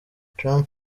trump